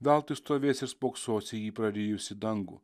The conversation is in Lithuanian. veltui stovės ir spoksos į jį prarijusį dangų